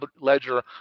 ledger